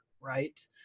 right